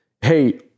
hey